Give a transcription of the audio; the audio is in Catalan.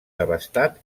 devastat